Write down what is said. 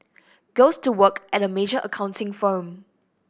goes to work at a major accounting firm